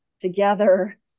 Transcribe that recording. together